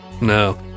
no